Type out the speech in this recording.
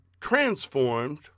transformed